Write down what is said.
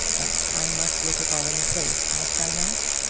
but i must look it all in the face must i not?